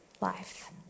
life